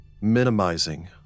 minimizing